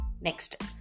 Next